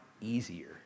easier